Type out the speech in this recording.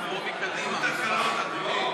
היו תקלות, אדוני.